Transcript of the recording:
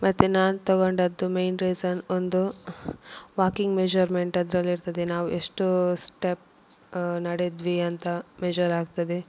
ಮತ್ತು ನಾನು ತೊಗೊಂಡದ್ದು ಮೇಯ್ನ್ ರೀಸನ್ ಒಂದು ವಾಕಿಂಗ್ ಮೆಝರ್ಮೆಂಟ್ ಅದರಲ್ಲಿರ್ತದೆ ನಾವು ಎಷ್ಟು ಸ್ಟೆಪ್ ನಡೆದ್ವಿ ಅಂತ ಮೆಝರಾಗ್ತದೆ